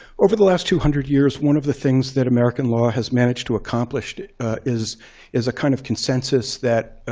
over the last two hundred years, one of the things that american law has managed to accomplish is is a kind of consensus that